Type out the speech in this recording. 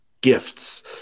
gifts